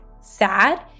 sad